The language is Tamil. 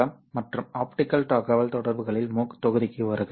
வணக்கம் மற்றும் ஆப்டிகல் தகவல்தொடர்புகளில் MOOC தொகுதிக்கு வருக